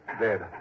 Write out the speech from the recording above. dead